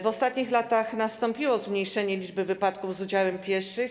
W ostatnich latach nastąpiło zmniejszenie liczby wypadków z udziałem pieszych.